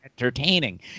entertaining